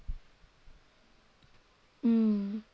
mm